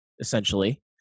essentially